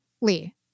Lee